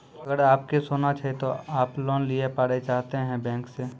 अगर आप के सोना छै ते आप लोन लिए पारे चाहते हैं बैंक से?